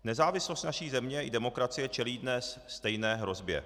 Nezávislost naší země i demokracie čelí dnes stejné hrozbě.